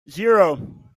zero